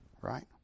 right